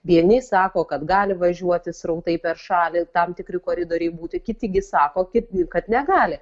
vieni sako kad gali važiuoti srautai per šalį tam tikri koridoriai būti kiti gi sako kiti kad negali